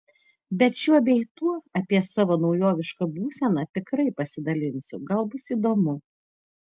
bet šiuo bei tuo apie savo naujovišką būseną tikrai pasidalinsiu gal bus įdomu